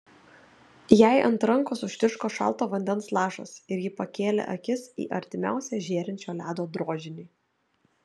jai ant rankos užtiško šalto vandens lašas ir ji pakėlė akis į artimiausią žėrinčio ledo drožinį